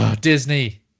Disney